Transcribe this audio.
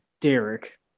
Derek